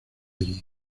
allí